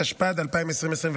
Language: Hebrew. התשפ"ד 2024,